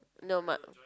no mud